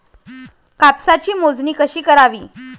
कापसाची मोजणी कशी करावी?